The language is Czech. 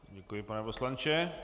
Děkuji, pane poslanče.